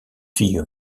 fille